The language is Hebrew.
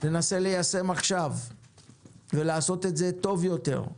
ננסה ליישם עכשיו ולעשות את זה טוב יותר,